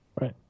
Right